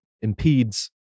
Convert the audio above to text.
impedes